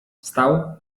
wstał